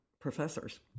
professors